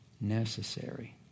necessary